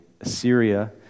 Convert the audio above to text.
Assyria